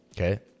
Okay